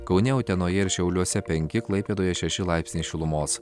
kaune utenoje ir šiauliuose penki klaipėdoje šeši laipsniai šilumos